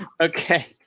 Okay